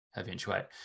eventuate